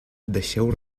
deixeu